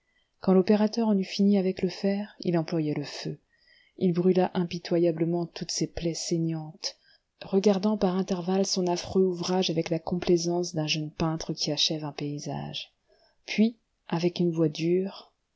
quand l'opérateur en eut fini avec le fer il employa le feu il brûla impitoyablement toutes ces plaies saignantes regardant par intervalle son affreux ouvrage avec la complaisance d'un jeune peintre qui achève un paysage puis avec une voix dure